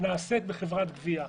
נעשית בחברת גבייה,